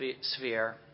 sphere